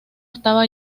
estaba